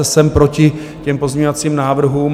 Jsem proti těm pozměňovacím návrhům.